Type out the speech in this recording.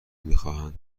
میخواهند